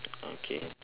okay